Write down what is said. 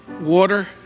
water